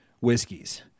Whiskies